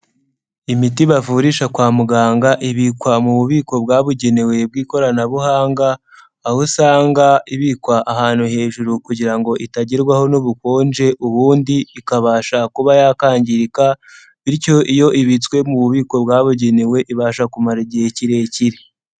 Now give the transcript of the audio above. Imiti bavurisha kwa muganga ibikwa mu bubiko bwabugenewe bw'ikoranabuhanga, aho usanga ibikwa ahantu hejuru kugira ngo itagerwaho n'ubukonje ubundi ikabasha kuba yakangirika, bityo iyo ibitswe mu bubiko bwabugenewe ibasha kumara igihe kirekire.